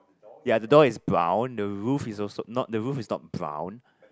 ya the door is brown the roof is also not the roof is not brown